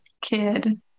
kid